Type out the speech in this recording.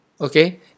Okay